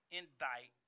indict